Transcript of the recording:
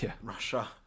Russia